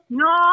no